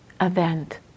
event